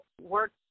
work